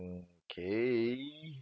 okay